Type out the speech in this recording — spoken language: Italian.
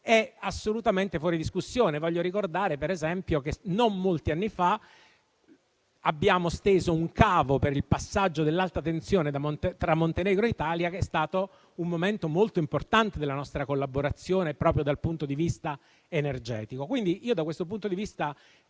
è assolutamente fuori discussione. Voglio ricordare, per esempio, che non molti anni fa abbiamo steso un cavo per il passaggio dell'alta tensione tra Montenegro e Italia ed è stato un momento molto importante della nostra collaborazione proprio dal punto di vista energetico. Quindi, da questo punto di vista,